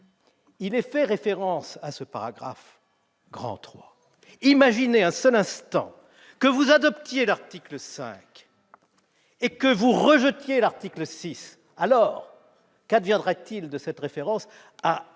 5 fait référence à ce paragraphe. Imaginez un seul instant que vous adoptiez l'article 5 et que vous rejetiez l'article 6 : qu'adviendrait-il de cette référence à